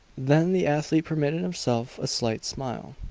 then the athlete permitted himself a slight smile.